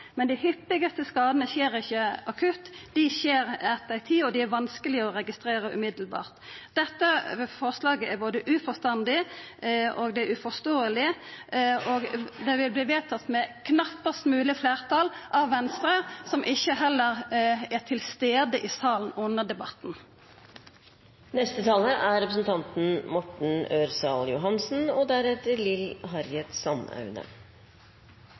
Men dei hyppigaste skadane skjer ikkje akutt; dei skjer etter tid og er vanskelege å registrera med ein gong. Dette forslaget er både uforstandig, uforståeleg og vil verta vedteke med knappast mogleg fleirtal av bl.a. Venstre, som heller ikkje er til stades i salen under debatten. Det var vanskelig å la være å ta ordet i denne saken etter å ha hørt på debatten. Representanten